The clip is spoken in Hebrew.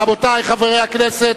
רבותי חברי הכנסת,